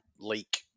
leak